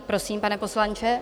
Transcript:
Prosím, pane poslanče.